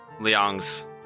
Liang's